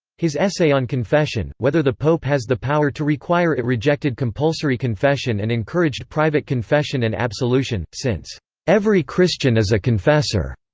his essay on confession, whether the pope has the power to require it rejected compulsory confession and encouraged private confession and absolution, since every christian is a confessor.